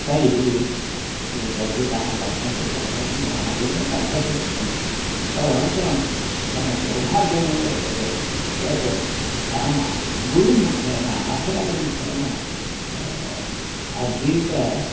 तैः रचितानि वर्तन्ते तत्सर्वं मया अधीतं कण्ठस्थीकृतमपि तदनन्तरं मम सौभाग्यमेव एतत् यत् अहं गुरुमुखेन आचार्यमुखेन अधीतम्